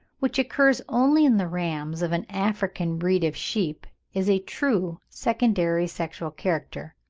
which occurs only in the rams of an african breed of sheep, is a true secondary sexual character,